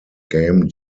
game